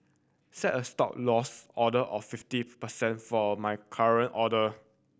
set a Stop Loss order of fifty percent for my current order